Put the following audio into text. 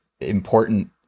important